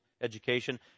education